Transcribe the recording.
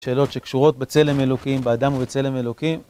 שאלות שקשורות בצלם אלוקים, באדם ובצלם אלוקים.